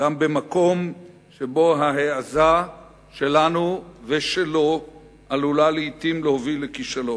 גם במקום שבו ההעזה שלנו ושלו עלולה לעתים להוביל לכישלון,